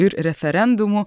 ir referendumų